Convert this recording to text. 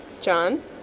John